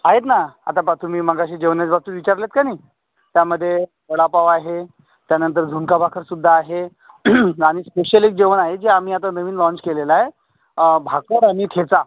आहेत ना आता पहा तुम्ही मघाशी जेवणाच्या बाबतीत विचारलंत का नाही त्यामध्ये वडापाव आहे त्यानंतर झुणका भाकरसुद्धा आहे आणि स्पेशल एक जेवण आहे जे आम्ही आता नवीन लॉंच केलेलं आहे भाकर आणि ठेचा